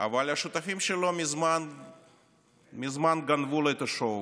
אבל השותפים שלו מזמן גנבו לו את השואו.